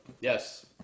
yes